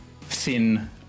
thin